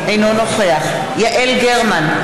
אינו נוכח יעל גרמן,